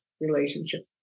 relationship